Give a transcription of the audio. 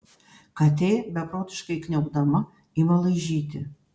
katė beprotiškai kniaukdama ima laižyti